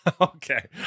Okay